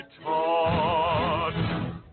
taught